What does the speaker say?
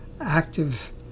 active